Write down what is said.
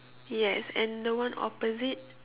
yes and the one opposite